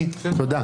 תודה.